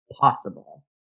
possible